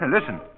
listen